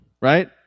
right